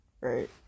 right